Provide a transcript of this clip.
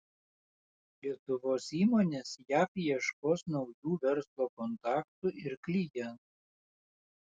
lietuvos įmonės jav ieškos naujų verslo kontaktų ir klientų